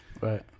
right